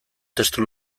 testu